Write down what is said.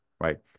right